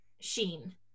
sheen